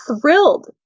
thrilled